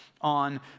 on